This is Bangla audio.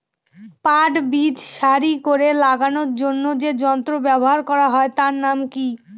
পাট বীজ সারি করে লাগানোর জন্য যে যন্ত্র ব্যবহার হয় তার নাম কি?